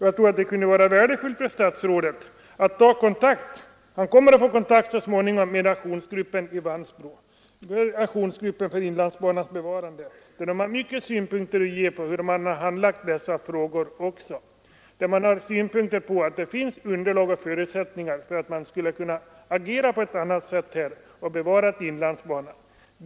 Jag tror att det skulle vara värdefullt för statsrådet Torsdagen den att få möta kontaktgruppen i Vansbro för inlandsbanans bevarande. Han 14 mars 1974 kommer också att få en sådan kontakt. Den gruppen har många synpunkter på handläggningen av dessa frågor. Man anser att det finns underlag och förutsättningar för att agera på ett sådant sätt att man kan bevara inlandsbanan.